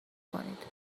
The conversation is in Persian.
کنید